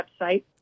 website